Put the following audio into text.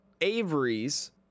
Avery's